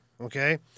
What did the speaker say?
Okay